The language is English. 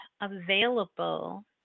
available